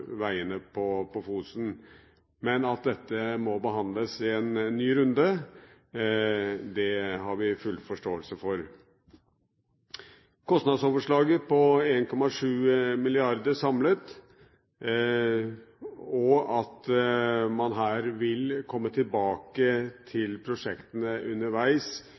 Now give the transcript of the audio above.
veiene på Fosen. Men at dette må behandles i en ny runde, har vi full forståelse for. Kostnadsoverslaget på 1,7 mrd. kr samlet og at man vil komme tilbake til prosjektene underveis